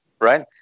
right